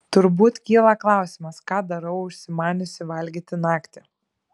turbūt kyla klausimas ką darau užsimaniusi valgyti naktį